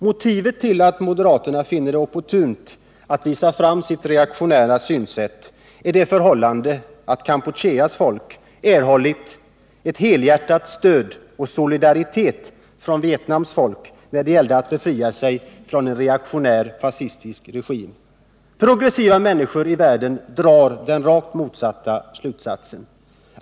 Motivet till att moderaterna finner det opportunt att visa fram sitt reaktionära synsätt är det förhållandet att Kampucheas folk erhållit ett helhjärtat stöd och känt solidaritet från Vietnams folk när det gällde att befria sig från en reaktionär fascistisk regim. Progressiva människor i världen drar den motsatta slutsatsen.